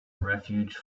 refuge